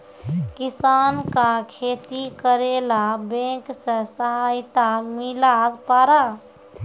किसान का खेती करेला बैंक से सहायता मिला पारा?